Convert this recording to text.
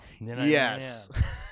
yes